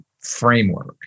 framework